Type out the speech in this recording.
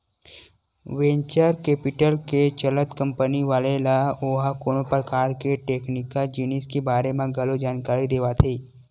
venture capital के चलत company वाले ल ओहा कोनो परकार के टेक्निकल जिनिस के बारे म घलो जानकारी देवाथे